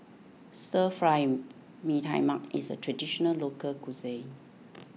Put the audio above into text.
Stir Fry Mee Tai Mak is a Traditional Local Cuisine